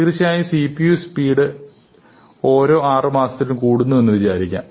തീർച്ചയായും CPU speed ഓരോ ആറു മാസത്തിലും കൂടുന്നു എന്ന് വിചാരിക്കാം